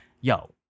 yo